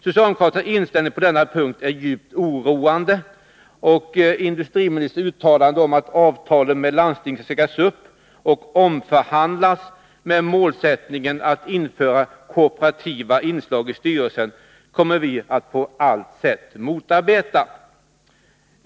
Socialdemokraternas inställning på denna punkt är djupt oroande, och industriministerns uttalande om att avtalen med landstingen skall sägas upp och omförhandlas med målsättningen att införa korporativa inslag i styrelsen, kommer vi att på allt sätt motarbeta.